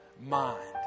mind